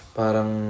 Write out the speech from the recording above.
parang